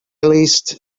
leased